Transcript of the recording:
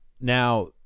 Now